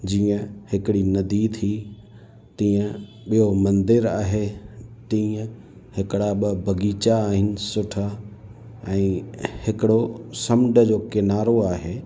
जीअं हिकिड़ी नदी थी तीअं ॿियो मंदरु आहे तीअं हिकिड़ा ॿ बग़ीचा आहिनि सुठा ऐं हिकिड़ो समुंड जो किनारो आहे